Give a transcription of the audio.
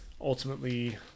Ultimately